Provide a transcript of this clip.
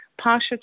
Pasha